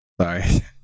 Sorry